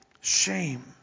Shame